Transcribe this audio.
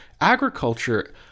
agriculture